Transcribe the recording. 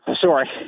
sorry